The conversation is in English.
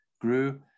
grew